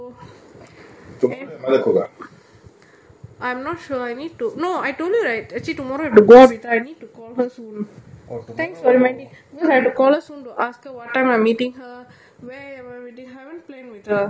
I'm not sure I need to no I told you right actually tomorrow I have to go out with her I need to call her soon thanks for reminding me because I have to call her soon to ask her what time I'm meeting her where I'm meeting her I need plan with her maybe she did whatsapp me I'm not sure lah